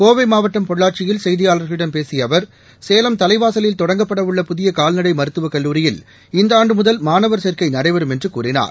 கோவை மாவட்டம் பொள்ளாச்சியில் செய்தியாளா்களிடம் பேசிய அவர் சேலம் தலைவாசலில் தொடங்கப்பட உள்ள புதிய கால்நடை மருத்துவக் கல்லூரியில் இந்த ஆண்டு முதல் மாணவர் சேர்க்கை நடைபெறும் என்று கூறினார்